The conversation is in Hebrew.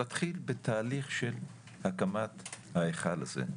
להתחיל בתהליך של הקמת ההיכל הזה.